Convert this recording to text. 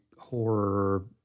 horror